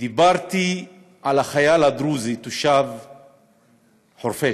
דיברתי על החייל הדרוזי תושב חורפיש,